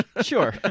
Sure